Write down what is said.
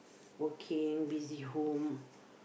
working busy home